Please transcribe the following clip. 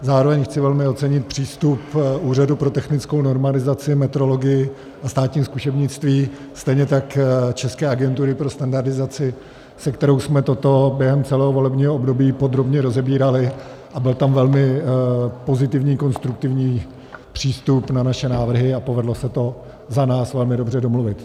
Zároveň chci velmi ocenit přístup Úřadu pro technickou normalizaci, metrologii a státní zkušebnictví, stejně tak České agentury pro standardizaci, se kterou jsme toto během celého volebního období podrobně rozebírali, a byl tam velmi pozitivní konstruktivní přístup na naše návrhy a povedlo se to za nás velmi dobře domluvit.